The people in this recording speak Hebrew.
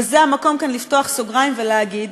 וזה המקום כאן לפתוח סוגריים ולהגיד,